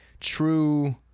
true